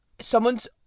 someone's